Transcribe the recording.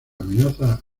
amenaza